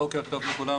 בוקר טוב לכולם